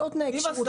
יש עוד תנאי כשירות.